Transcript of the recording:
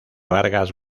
vargas